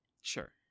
Sure